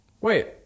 Wait